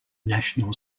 national